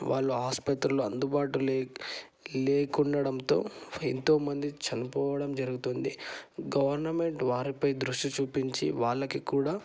వాళ్ళు ఆసుపత్రిలో అందుబాటులో లేకుండడంతో ఎంతో మంది చనిపోవడం జరుగుతుంది గవర్నమెంట్ వారిపై దృష్టి చూపించి వాళ్ళకి కూడా